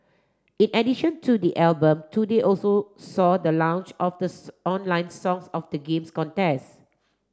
in addition to the album today also saw the launch of this online Songs of the Games contest